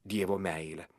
dievo meilę